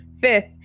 Fifth